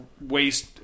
waste